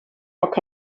att